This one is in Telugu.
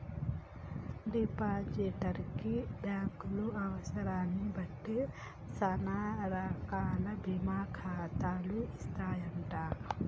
డిపాజిటర్ కి బ్యాంకులు అవసరాన్ని బట్టి సానా రకాల బీమా ఖాతాలు ఇస్తాయంట